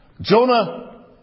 Jonah